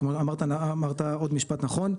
אמרת עוד משפט נכון,